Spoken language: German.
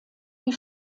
die